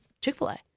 Chick-fil-A